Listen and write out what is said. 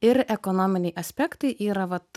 ir ekonominiai aspektai yra vat